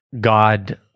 God